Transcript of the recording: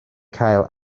cael